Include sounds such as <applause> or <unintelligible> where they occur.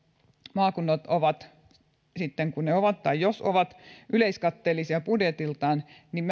maakunnat ovat sitten kun ne ovat tai jos ovat yleiskatteellisia budjetiltaan niin <unintelligible>